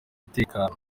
umutekano